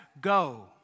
go